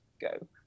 go